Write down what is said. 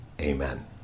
Amen